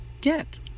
get